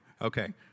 Okay